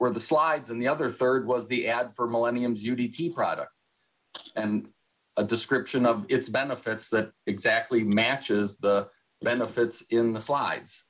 where the slides and the other rd was the ad for millenniums u d t product and a description of its benefits that exactly matches the benefits in the slides